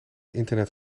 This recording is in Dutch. internet